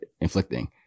inflicting